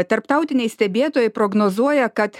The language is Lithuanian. tarptautiniai stebėtojai prognozuoja kad